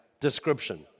description